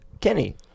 Kenny